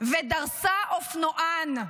ודרסה אופנוען.